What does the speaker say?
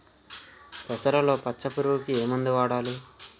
పెసరలో పచ్చ పురుగుకి ఏ మందు వాడాలి?